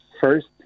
first